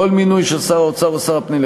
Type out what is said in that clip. כל מינוי של שר האוצר או שר הפנים,